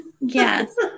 Yes